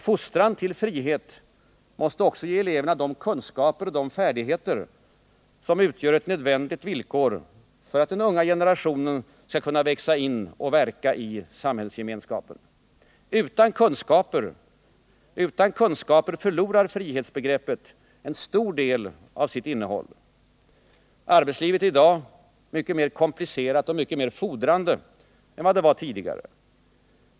Fostran till frihet måste också ge eleverna de kunskaper och de färdigheter som utgör ett nödvändigt villkor för att den unga generationen skall kunna växa in och verka i samhällsgemenskapen. Utan kunskaper förlorar frihetsbegreppet en stor del av sitt innehåll. Arbetslivet är i dag mycket mer komplicerat och mycket mer fordrande än det var tidigare.